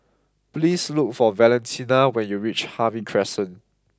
please look for Valentina when you reach Harvey Crescent